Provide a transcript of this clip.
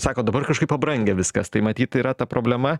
sako dabar kažkaip pabrangę viskas tai matyt yra ta problema